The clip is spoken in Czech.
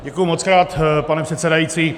Děkuji mockrát, pane předsedající.